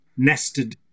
nested